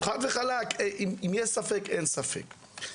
אם יש ספק אין ספק.